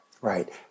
Right